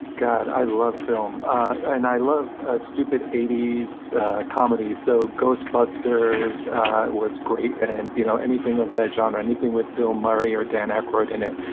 god, i love film, and i love ah stupid eighty s comedies, so ghostbusters was great and you know anything of that genre, anything with bill murray or dan aykroyd in it.